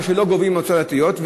מה שלא גובים במועצות הדתיות,